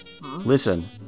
Listen